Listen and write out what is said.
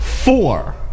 Four